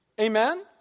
Amen